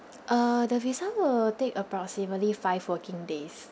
uh the visa will take approximately five working days